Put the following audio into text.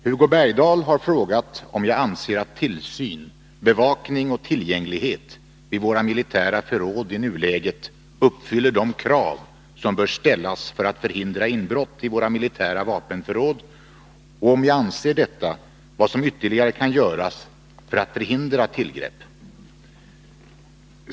Herr talman! Hugo Bergdahl har frågat om jag anser att tillsyn, bevakning och tillgänglighet vid våra militära förråd i nuläget uppfyller de krav som bör ställas för att förhindra inbrott i våra militära vapenförråd och, om jag inte anser detta, vad som ytterligare kan göras för att förhindra tillgrepp.